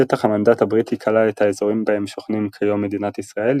שטח המנדט הבריטי כלל את האזורים בהם שוכנים כיום מדינת ישראל,